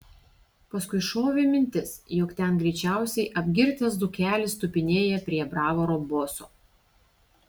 paskui šovė mintis jog ten greičiausiai apgirtęs dzūkelis tupinėja prie bravoro boso